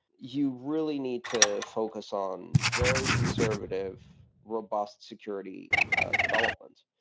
you really need to focus on very conservative, robust security development.